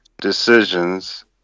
decisions